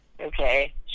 okay